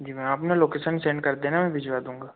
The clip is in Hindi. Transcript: जी मैम आप लोकेशन सेंद कर देना मैं भिजवा दूंगा